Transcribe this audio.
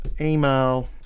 Email